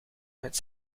met